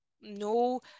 no